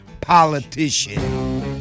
Politician